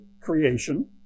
creation